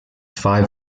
five